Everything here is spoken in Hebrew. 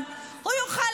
ידוע.